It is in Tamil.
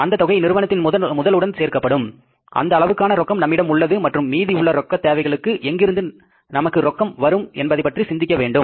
அந்த தொகை நிறுவனத்தின் முதல் உடன் சேர்க்கப்படும் அந்த அளவுக்கான ரொக்கம் நம்மிடம் உள்ளது மற்றும் மீதி உள்ள ரொக்க தேவைகளுக்கு எங்கிருந்து நமக்கு ரொக்கம் வரும் என்பதைப் பற்றி சிந்திக்க வேண்டும்